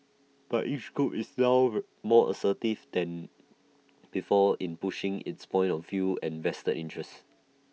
but each group is now over more assertive than before in pushing its point of view and vested interests